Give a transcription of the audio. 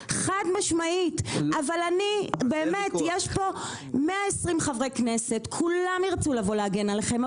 יש פה 120 חברי כנסת שירצו להגן עליכם,